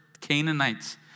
Canaanites